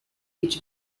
each